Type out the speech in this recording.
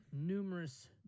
numerous